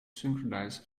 synchronize